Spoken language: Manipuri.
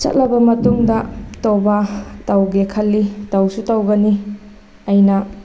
ꯆꯠꯂꯕ ꯃꯇꯨꯡꯗ ꯇꯧꯕꯥ ꯇꯧꯒꯦ ꯈꯜꯂꯤ ꯇꯧꯁꯨ ꯇꯧꯒꯅꯤ ꯑꯩꯅ